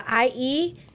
IE